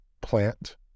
plant